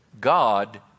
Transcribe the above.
God